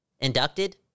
inducted